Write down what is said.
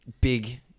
big